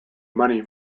money